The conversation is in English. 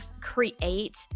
create